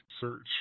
search